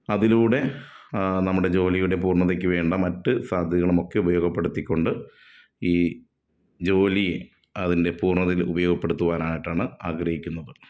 അതിലൂടെ നമ്മുടെ ജോലിയുടെ പൂർണതയ്ക്കുവേണ്ട മറ്റ് സാധ്യതകളും ഒക്കെ ഉപയോഗപ്പെടുത്തിക്കൊണ്ട് ഈ ജോലിയെ അതിൻ്റെ പൂർണ്ണതയിലുപയോഗപ്പെടുത്തുവാനായിട്ടാണ് ആഗ്രഹിക്കുന്നത്